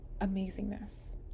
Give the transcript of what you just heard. amazingness